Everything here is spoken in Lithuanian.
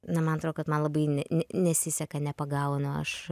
na man atrodo kad man labai ne ne nesiseka nepagaunu aš